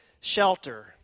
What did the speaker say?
shelter